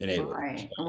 Right